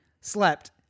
slept